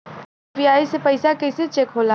UPI से पैसा कैसे चेक होला?